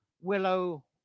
willow